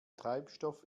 treibstoff